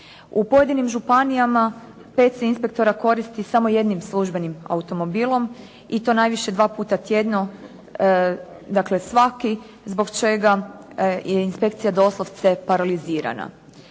U pojedinim županijama 5 se inspektora koristi samo jednim službenim automobilom i to najviše 2 puta tjedno, dakle svaki zbog čega je inspekcija doslovce paralizirana.